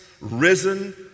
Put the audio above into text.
risen